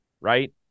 Right